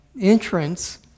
entrance